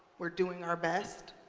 we're doing our best.